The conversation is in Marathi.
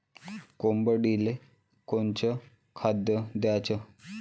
कोंबडीले कोनच खाद्य द्याच?